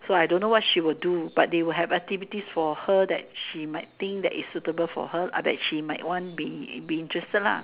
so I don't know what she will do but they will have activities for her that she might think that is suitable for her ah that she might want be be interested lah